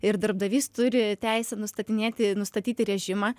ir darbdavys turi teisę nustatinėti nustatyti režimą